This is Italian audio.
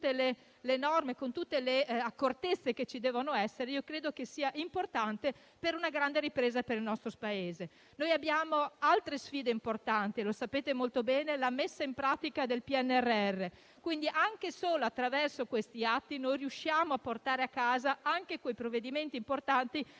con tutte le cautele e le accortezze che ci devono essere, sono importanti per una grande ripresa del nostro Paese. Abbiamo altre sfide importanti - lo sapete molto bene - come la messa in pratica del PNRR. Solo attraverso questi atti riusciremo a portare a casa anche quei provvedimenti importanti